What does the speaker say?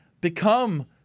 become